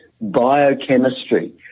biochemistry